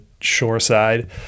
shoreside